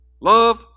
Love